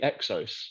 exos